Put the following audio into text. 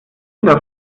sind